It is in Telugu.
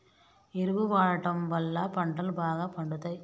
ఎరువు వాడడం వళ్ళ పంటలు బాగా పండుతయి